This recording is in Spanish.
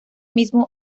mismo